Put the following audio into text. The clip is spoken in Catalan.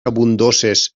abundoses